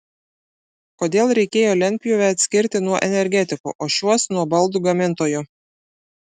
kodėl reikėjo lentpjūvę atskirti nuo energetikų o šiuos nuo baldų gamintojų